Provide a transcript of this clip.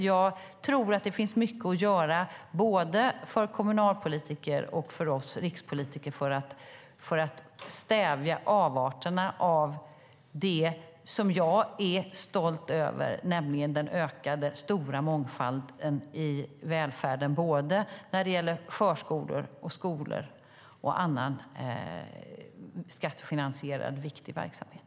Jag tror att det finns mycket att göra både för kommunalpolitiker och för oss rikspolitiker för att stävja avarterna av det som jag är stolt över, nämligen den ökade, stora mångfalden i välfärden både när det gäller förskolor, skolor och annan skattefinansierad viktig verksamhet.